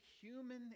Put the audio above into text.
human